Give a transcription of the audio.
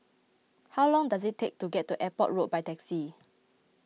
how long does it take to get to Airport Road by taxi